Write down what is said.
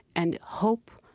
and hope,